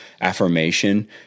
affirmation